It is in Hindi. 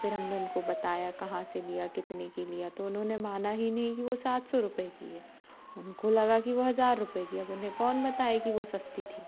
फिर हमने उनको बताया कहाँ से लिया कितने की लिया तो उन्होंने माना ही नहीं कि वो सात सौ रुपए की है उनको लगा कि वो हजार रुपए की है अब उन्हें कौन बताए कि वो सस्ती थी